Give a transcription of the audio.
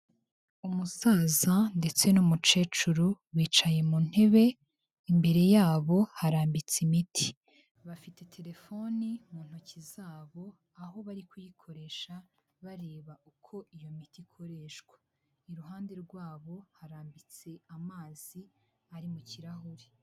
Umusaza ndetse n'umukecuru bicaye mu ntebe, imbere yabo harambitse imiti, bafite telefoni mu ntoki zabo aho bari kuyikoresha bareba uko iyo miti ikoreshwa, iruhande rwabo harambitse amazi ari mu kirahure.